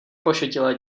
pošetilé